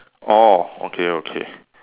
orh okay okay